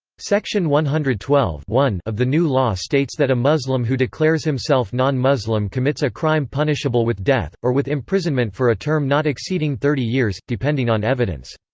section one hundred and twelve one of the new law states that a muslim who declares himself non-muslim commits a crime punishable with death, or with imprisonment for a term not exceeding thirty years, depending on evidence.